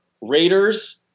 Raiders